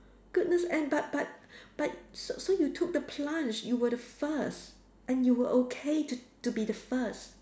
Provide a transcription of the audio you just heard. goodness and but but but so so you took the plunge you were the first and you were okay to to be the first